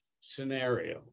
scenario